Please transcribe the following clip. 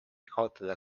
kaotada